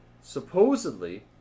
Supposedly